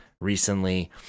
recently